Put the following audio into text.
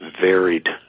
varied